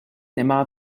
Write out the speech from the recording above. nemá